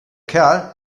kerl